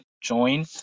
join